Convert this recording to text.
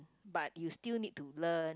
but you still need to learn